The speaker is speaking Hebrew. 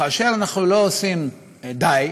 וכאשר אנחנו לא עושים די,